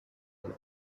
and